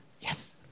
Yes